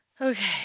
Okay